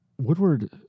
Woodward